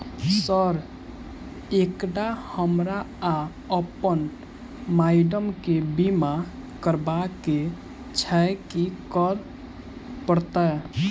Sir एकटा हमरा आ अप्पन माइडम केँ बीमा करबाक केँ छैय की करऽ परतै?